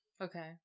Okay